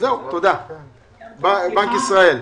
בנק ישראל.